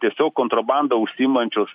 tiesiog kontrabanda užsiimančios